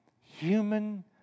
human